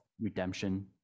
redemption